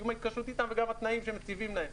סיום התקשרות איתם וגם התנאים שמציבים להם.